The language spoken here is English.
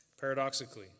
Paradoxically